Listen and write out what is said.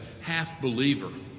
half-believer